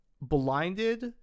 Blinded